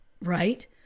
Right